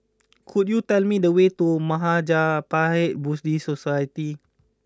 could you tell me the way to Mahaprajna Buddhist Society